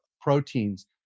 proteins